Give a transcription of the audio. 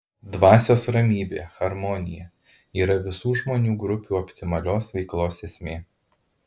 dvasios ramybė harmonija yra visų žmonių grupių optimalios veiklos esmė